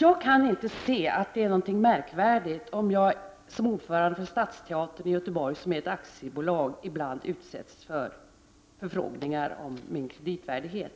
Jag kan inte inse att det skulle vara någonting märkvärdigt om jag som ordförande för Stadsteatern i Göteborg, ett aktiebolag, ibland utsätts för förfrågningar om min kreditvärdighet.